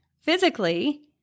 physically